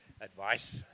advice